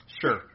Sure